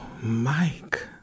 mike